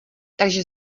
takže